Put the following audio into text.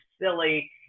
silly